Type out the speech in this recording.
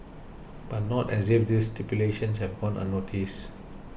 but not as if this stipulations have gone unnoticed